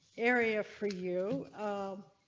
area for you. um